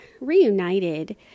reunited